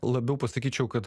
labiau pasakyčiau kad